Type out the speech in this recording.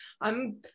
I'm-